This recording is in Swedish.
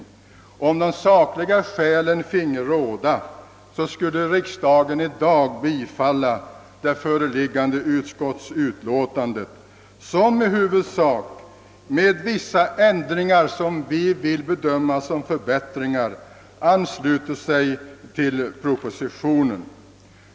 Om emellertid de sakliga skälen finge råda skulle riksdagen i dag bifalla utskottets hemställan i det föreliggande utlåtandet, som i huvudsak — med vissa ändringar som vi vill bedöma som förbättringar — ansluter sig till propositionen.